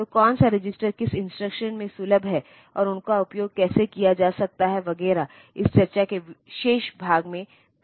तो उनमे मेनीमनॉनिक शामिल होंगे और ऑपरेंड जो वहां होगा या जिस पर वह ऑपरेशन किया जाएगा